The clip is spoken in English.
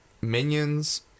Minions